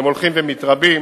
הם הולכים ומתרבים.